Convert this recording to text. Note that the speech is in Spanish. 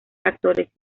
actores